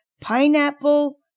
pineapple